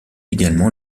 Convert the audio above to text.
également